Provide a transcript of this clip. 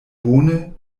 bone